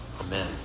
Amen